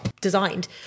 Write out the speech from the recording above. designed